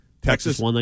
Texas